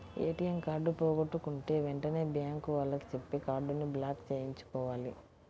ATM card పోగొట్టుకుంటే వెంటనే bank వాళ్లకి చెప్పి కార్డుని బ్లాక్ చేయించుకోవాలి